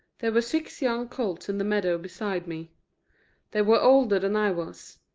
there were six young colts in the meadow beside me they were older than i was.